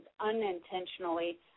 unintentionally